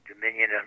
dominion